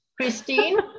Christine